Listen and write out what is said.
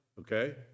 okay